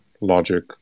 logic